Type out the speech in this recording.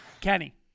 Kenny